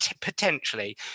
potentially